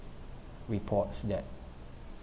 reports that